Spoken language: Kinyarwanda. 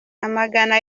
amagana